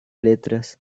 letras